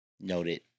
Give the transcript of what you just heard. Noted